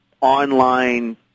online